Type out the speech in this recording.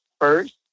first